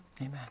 amen